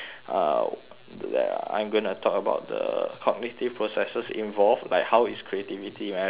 I'm going to talk about the cognitive processes involved like how is creativity measured and